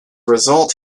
result